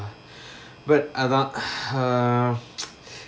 but அதா:atha err